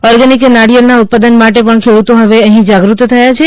organic નારિચેળ ના ઉત્પાદન માટે પણ ખેડૂતો હવે અહી જાગૃત થયા છે